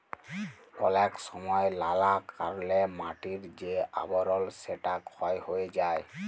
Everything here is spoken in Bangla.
অলেক সময় লালা কারলে মাটির যে আবরল সেটা ক্ষয় হ্যয়ে যায়